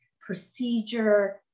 procedure